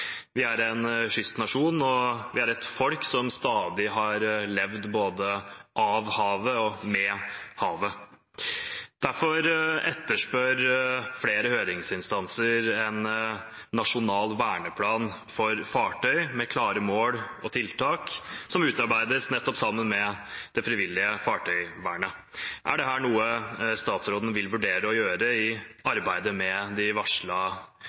Vi er en kystnasjon, og vi er et folk som stadig har levd både av havet og med havet. Derfor etterspør flere høringsinstanser en nasjonal verneplan for fartøy, med klare mål og tiltak, som utarbeides nettopp sammen med det frivillige fartøyvernet. Er dette noe statsråden vil vurdere å gjøre i arbeidet med de